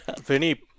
Vinny